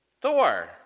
Thor